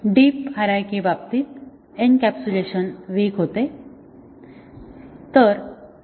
deep हिरारचीच्या बाबतीत encapsulation weak होते